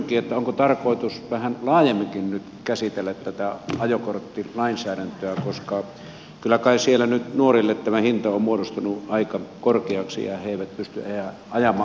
kysynkin onko tarkoitus vähän laajemminkin nyt käsitellä tätä ajokorttilainsäädäntöä koska kyllä kai siellä nyt nuorille tämä hinta on muodostunut aika korkeaksi ja he eivät pysty ajamaan ajokorttia